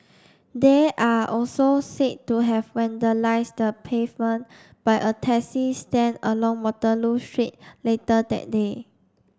they are also said to have vandalised the pavement by a taxi stand along Waterloo Street later that day